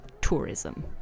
tourism